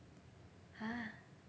!huh!